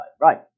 right